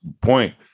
point